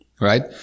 right